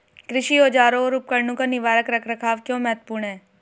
कृषि औजारों और उपकरणों का निवारक रख रखाव क्यों महत्वपूर्ण है?